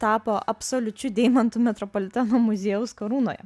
tapo absoliučiu deimantu metropoliteno muziejaus karūnoje